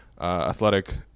Athletic